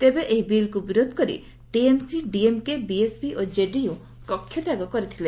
ତେବେ ଏହି ବିଲ୍କୁ ବିରୋଧ କରି ଟିଏମ୍ସି ଡିଏମ୍କେ ବିଏସ୍ପି ଏବଂ ଜେଡିୟୁ କକ୍ଷତ୍ୟାଗ କରିଥିଲେ